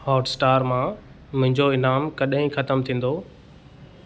Hotstar मां मुंहिंजो ईनामु कॾहिं ख़तमु थींदो